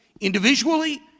individually